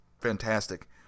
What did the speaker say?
fantastic